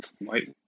White